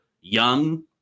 young